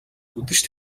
үдэш